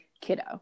kiddo